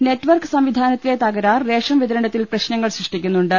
net work സംവിധാനത്തിലെ തകരാർ ration വിതരണത്തിൽ പ്രശ്നങ്ങൾ സൃഷ്ടിക്കുന്നുണ്ട്